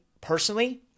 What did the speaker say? personally